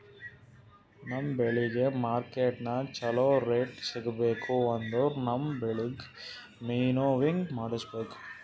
ನಮ್ ಬೆಳಿಗ್ ಮಾರ್ಕೆಟನಾಗ್ ಚೋಲೊ ರೇಟ್ ಸಿಗ್ಬೇಕು ಅಂದುರ್ ನಮ್ ಬೆಳಿಗ್ ವಿಂನೋವಿಂಗ್ ಮಾಡಿಸ್ಬೇಕ್